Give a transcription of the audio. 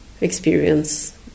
experience